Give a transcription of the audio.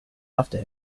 after